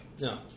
No